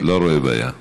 אני לא רואה בעיה.